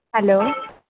hello